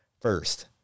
first